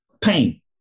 pain